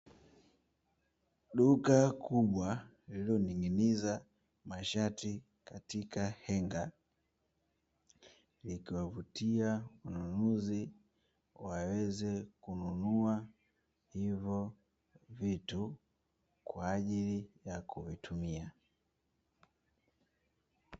Duka kubwa lililoning’iniza mashati katika henga likiwavutia wanunuzi waweze kununua hivyo vitu, kwa ajili ya kuvitumia.